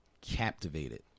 captivated